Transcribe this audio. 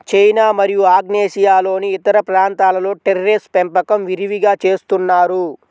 China మరియు ఆగ్నేయాసియాలోని ఇతర ప్రాంతాలలో టెర్రేస్ పెంపకం విరివిగా చేస్తున్నారు